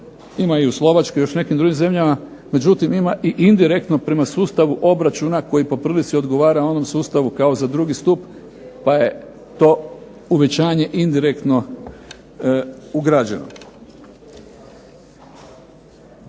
ima i u Slovačkoj i još nekim drugim zemljama, međutim, ima i indirektno prema sustavu obračuna koji po prilici odgovara onom sustavu kao za drugi stup, pa je to uvećanje indirektno ugrađeno.